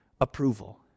approval